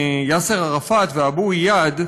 יאסר ערפאת ואבו איאד,